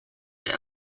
der